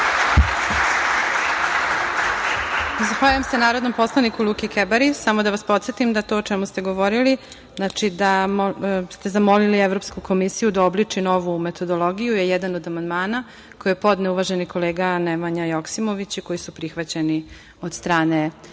Zahvaljujem se narodnom poslaniku, Luki Kebari. Samo da vas podsetim da to o čemu ste govorili da ste zamolili Evropsku komisiju da uobliči novu metodologiju je jedan od amandmana koji je podneo uvaženi kolega Nemanja Joksimović i koji su prihvaćeni od strane